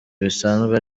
bisanzwe